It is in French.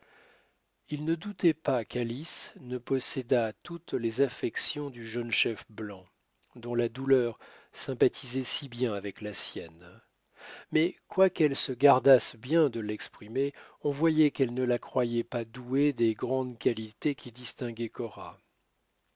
elles ne doutaient pas qu'alice ne possédât toutes les affections du jeune chef blanc dont la douleur sympathisait si bien avec la sienne mais quoiqu'elles se gardassent bien de l'exprimer on voyait qu'elles ne la croyaient pas douée des grandes qualités qui distinguaient